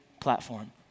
platform